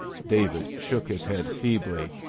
david shook his head feebly.